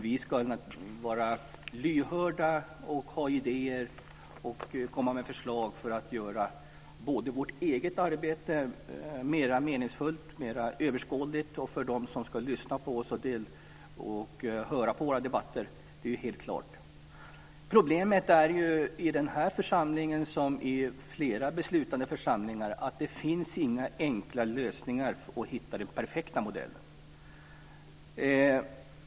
Vi ska vara lyhörda, ha idéer och komma med förslag för att göra vårt eget arbete mer meningsfullt och mer överskådligt för dem som ska lyssna på våra debatter. Det är helt klart. Problemet i den här församlingen, som i flera beslutande församlingar, är ju att det inte finns några enkla lösningar för att hitta den perfekta modellen.